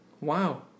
wow